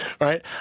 Right